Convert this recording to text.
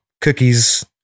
cookies